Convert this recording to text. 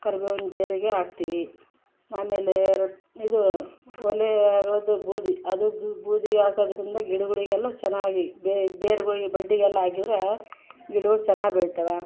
ಕರ್ಬೇವಿನ ಬೇರಿಗೆ ಹಾಕ್ತಿವಿ ಆಮೇಲೆ ಇದು ಒಲೆಯ ಆಗ್ಳದು ಬೂದಿ ಅದು ಬೂದಿ ಹಾಕೋದ್ರಿಂದ ಗಿಡಗಳಿಗೆಲ್ಲ ಚೆನ್ನಾಗಿ ಬೇರು ಬೇರುಗಳಿಗೆ ಬಡ್ಡಿಗೆಲ್ಲ ಹಾಕಿದ್ರೆ ಗಿಡಗಳು ಚೆನ್ನಾಗ್ ಬೆಳಿತವೆ